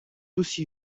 aussi